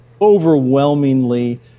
overwhelmingly